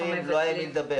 מתקשרים, לא היה עם מי לדבר.